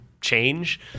change